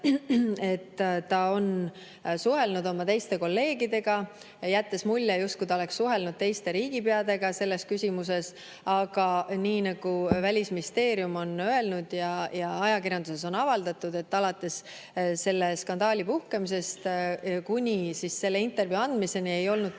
et ta on suhelnud oma teiste kolleegidega, jättes mulje, justkui ta oleks suhelnud teiste riigipeadega selles küsimuses. Aga nii nagu Välisministeerium on öelnud ja ajakirjanduses on avaldatud, alates skandaali puhkemisest kuni selle intervjuu andmiseni ei olnud presidendil